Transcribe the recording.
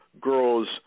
grows